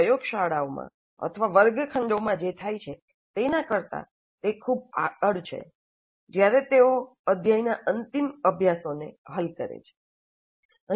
પ્રયોગશાળાઓમાં અથવા વર્ગખંડોમાં જે થાય છે તેના કરતાં તે ખૂબ જ આગળ છે જ્યારે તેઓ અધ્યાયનાં અંતિમ અભ્યાસોને હલ કરે છે